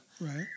Right